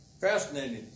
Fascinating